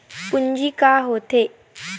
पूंजी का होथे?